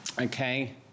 Okay